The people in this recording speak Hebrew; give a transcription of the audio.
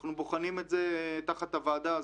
אנחנו בוחנים את זה תחת הוועדה הזאת.